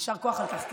יישר כוח על כך.